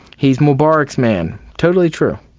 he's mubarak's man totally true,